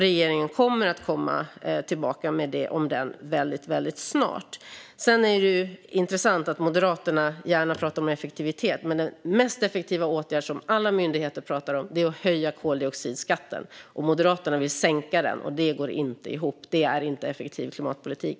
Regeringen kommer att väldigt snart komma tillbaka om den. Det är intressant att Moderaterna gärna talar om effektivitet, men den mest effektiva åtgärden, som alla myndigheter talar om, är att höja koldioxidskatten. Moderaterna vill sänka den, och det går inte ihop. Detta är inte en effektiv klimatpolitik.